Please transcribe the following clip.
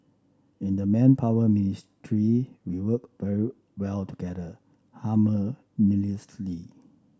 in the Manpower Ministry we work very well together